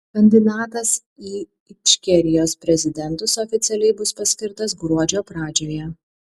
kandidatas į ičkerijos prezidentus oficialiai bus paskirtas gruodžio pradžioje